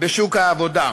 בשוק העבודה.